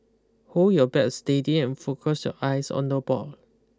hold your bat steady and focus your eyes on the ball